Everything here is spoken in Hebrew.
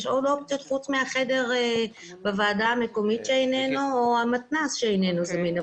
יש עוד אופציות חוץ מהחדר בוועדה המקומית שאיננו או המתנ"ס שאיננו זמין.